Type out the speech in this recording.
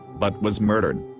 but was murdered.